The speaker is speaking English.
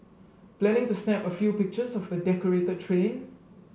planning to snap a few pictures of the decorated train